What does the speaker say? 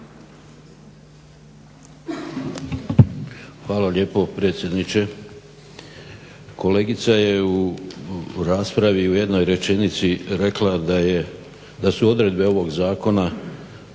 hvala lijepo predsjedniče. Kolegica je u raspravi u jednoj rečenici rekla da su odredbe ovog zakona